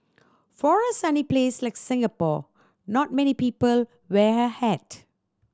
for a sunny place like Singapore not many people wear a hat